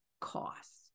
cost